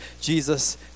Jesus